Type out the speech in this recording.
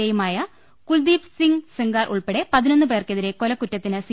എയുമായ കുൽദീപ് സിംഗ് സെംഗാർ ഉൾപ്പെടെ പതിനൊന്നുപേർക്കെ തിരെ കൊലക്കുറ്റത്തിന് സി